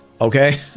Okay